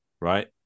right